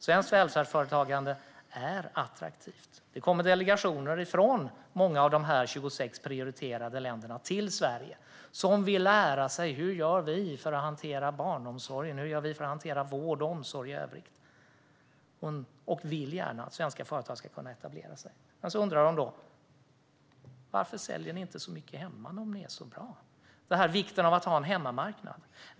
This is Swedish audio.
Svenskt välfärdsföretagande är attraktivt. Det kommer delegationer från många av de 26 prioriterade länderna till Sverige som vill lära sig hur vi gör för att hantera barnomsorgen och hur vi gör för att hantera vård och omsorg i övrigt. De vill gärna att svenska företag ska kunna etablera sig. Men de undrar: Varför säljer ni inte så mycket hemma om ni är så bra? Det handlar om vikten av att ha en hemmamarknad.